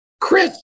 Chris